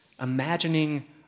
imagining